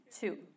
Two